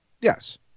Yes